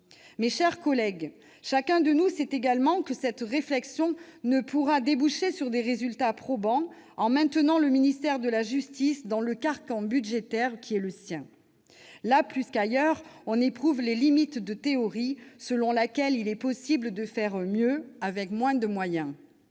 Mes chers collègues, chacun de nous sait également que cette réflexion ne pourra déboucher sur des résultats probants si l'on maintient le ministère de la justice dans le carcan budgétaire qui est le sien. Là plus qu'ailleurs, on éprouve les limites de la théorie selon laquelle il est possible de faire mieux avec moins de moyens.